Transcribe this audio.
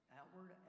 outward